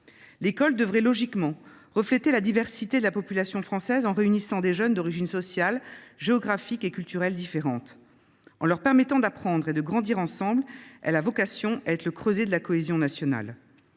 L’école devrait logiquement refléter la diversité de la population française et réunir des jeunes d’origines sociales, géographiques et culturelles différentes. En leur permettant d’apprendre et de grandir ensemble, elle a vocation à être le creuset de la cohésion nationale.